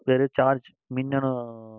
வெறும் சார்ஜ் மின்னணு